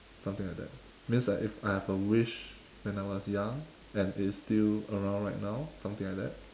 something like that means like if I have a wish when I was young and it's still around right now something like that